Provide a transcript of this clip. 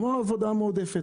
כמו עבודה מועדפת.